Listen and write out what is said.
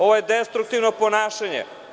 Ovo je destruktivno ponašanje.